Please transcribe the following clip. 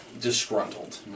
disgruntled